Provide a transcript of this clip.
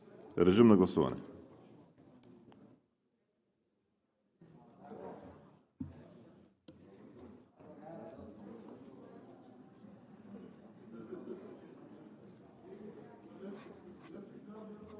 режим на гласуване.